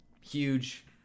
huge